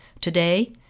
Today